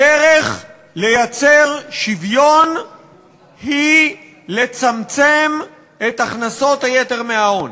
הדרך לייצר שוויון היא לצמצם את הכנסות-היתר מההון.